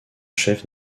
chef